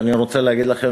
ואני רוצה להגיד לכם,